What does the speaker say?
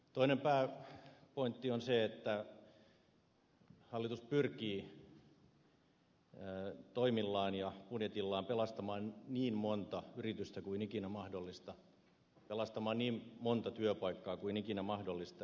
toinen pääpointti on se että hallitus pyrkii toimillaan ja budjetillaan pelastamaan niin monta yritystä kuin ikinä mahdollista pelastamaan niin monta työpaikkaa kuin ikinä mahdollista